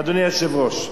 אדוני היושב-ראש.